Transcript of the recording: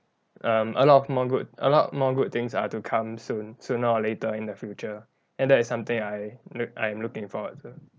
um a lot of more good a lot more good things are to come soon sooner or later in the future and that is something I look I'm looking forward to